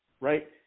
right